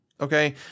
okay